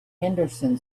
henderson